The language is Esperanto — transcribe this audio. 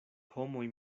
homoj